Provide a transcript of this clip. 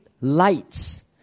lights